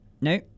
No